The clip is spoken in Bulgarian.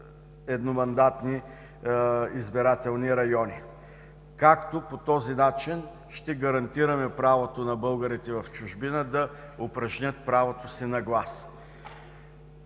едномандатни избирателни райони, както по този начин ще гарантираме правото на българите в чужбина да упражнят правото си на глас.